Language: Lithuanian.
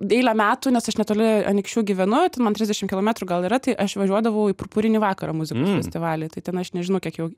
eilę metų nes aš netoli anykščių gyvenu man trisdešim kilometrų gal yra tai aš važiuodavau į purpurinį vakarą muzikos festivalį tai ten aš nežinau kiek jau